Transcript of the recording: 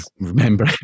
remember